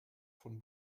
von